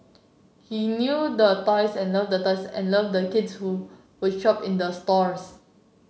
he knew the toys and loved the toys and loved the kids who would shop in the stores